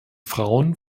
frauen